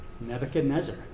Nebuchadnezzar